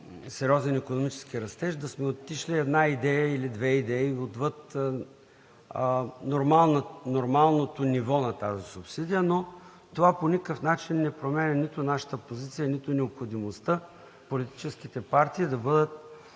сериозен икономически растеж да сме отишли една или две идеи отвъд нормалното ниво на тази субсидия, но това по никакъв начин не променя нито нашата позиция, нито необходимостта политическите партии да бъдат